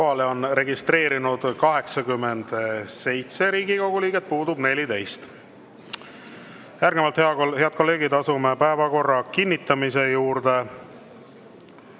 on registreerunud 87 Riigikogu liiget, puudub 14.Järgnevalt, head kolleegid, asume päevakorra kinnitamise juurde.